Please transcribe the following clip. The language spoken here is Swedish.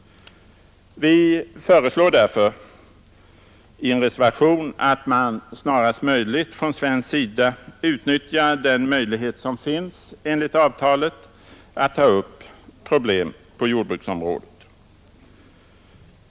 Vi föreslår därför i en reservation att man snarast möjligt från svensk sida utnyttjar den möjlighet som finns enligt avtalet att ta upp problem på jordbruksområdet.